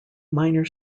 minor